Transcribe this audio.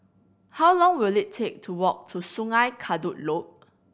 how long will it take to walk to Sungei Kadut Loop